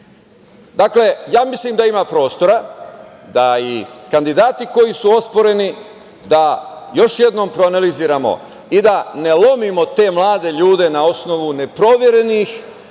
oprezni. Ja mislim da ima prostora da i kandidati koji su osporeni da još jednom proanaliziramo i da ne lomimo te mlade ljude na osnovu neproverenih